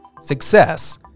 Success